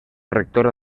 rectora